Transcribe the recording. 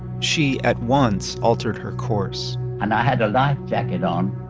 she at once altered her course and i had a life jacket on.